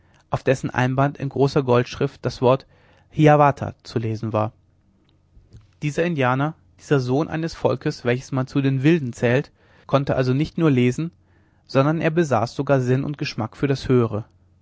auf dessen einband in großer goldschrift das wort hiawatha zu lesen war dieser indianer dieser sohn eines volkes welches man zu den wilden zählt konnte also nicht nur lesen sondern er besaß sogar sinn und geschmack für das höhere